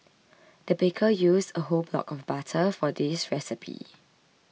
the baker used a whole block of butter for this recipe